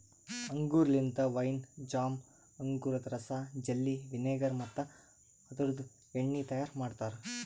ಅಂಗೂರ್ ಲಿಂತ wine, jam, ಅಂಗೂರದ ರಸ, ಜೆಲ್ಲಿ, ವಿನೆಗರ್ ಮತ್ತ ಅದುರ್ದು ಎಣ್ಣಿ ತೈಯಾರ್ ಮಾಡ್ತಾರ